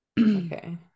okay